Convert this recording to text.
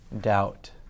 doubt